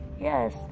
Yes